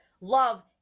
love